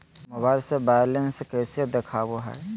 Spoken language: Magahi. मोबाइल से बायलेंस कैसे देखाबो है?